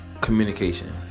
Communication